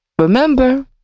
Remember